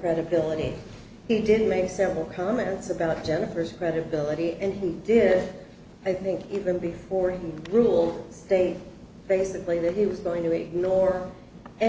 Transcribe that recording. credibility he didn't make several comments about jennifer's credibility and he did i think even before he rules state basically that he was going to ignore